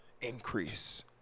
increase